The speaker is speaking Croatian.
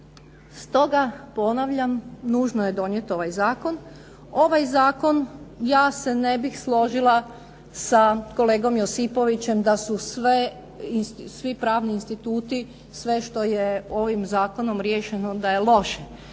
Stoga ponavljam, nužno je donijeti ovaj zakon. Ovaj zakon, ja se ne bih složila sa kolegom Josipovićem da su svi pravni instituti, sve što je ovim zakonom riješeno da je loše.